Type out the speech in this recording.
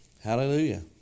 Hallelujah